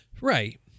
Right